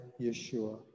Yeshua